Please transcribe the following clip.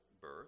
birth